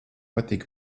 patīk